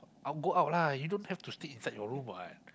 out go out lah you don't have to stay inside your room [what]